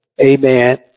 amen